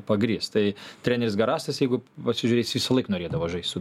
pagrįst tai treneris garastas jeigu pasižiūrėsi jis visąlaik norėdavo žaist su